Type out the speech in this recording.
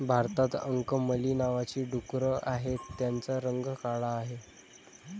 भारतात अंकमली नावाची डुकरं आहेत, त्यांचा रंग काळा आहे